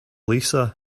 lisa